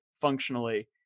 functionally